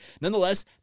nonetheless